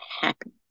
happiness